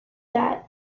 that